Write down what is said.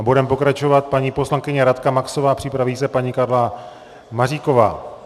Bude pokračovat paní poslankyně Radka Maxová, připraví se paní Karla Maříková.